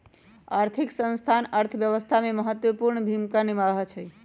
आर्थिक संस्थान अर्थव्यवस्था में महत्वपूर्ण भूमिका निमाहबइ छइ